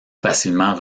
facilement